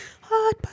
hot